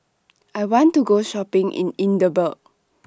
I want to Go Shopping in Edinburgh